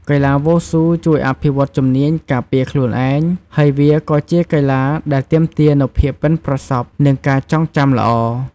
កីឡាវ៉ូស៊ូជួយអភិវឌ្ឍជំនាញការពារខ្លួនឯង ហើយវាក៏ជាកីឡាដែលទាមទារនូវភាពប៉ិនប្រសប់ និងការចងចាំល្អ។